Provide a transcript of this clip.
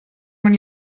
man